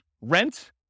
rent